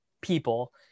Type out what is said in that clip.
people